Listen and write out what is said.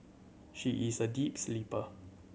she is a deep sleeper